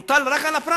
זה מוטל רק על הפרט.